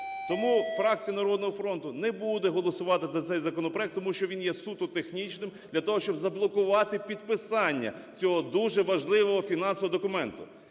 Тому фракція "Народного фронту" не буде голосувати за цей законопроект, тому що він є суто технічним, для того щоб заблокувати підписання цього дуже важливого фінансового документу,